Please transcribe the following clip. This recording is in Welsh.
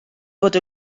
fod